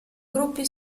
gruppi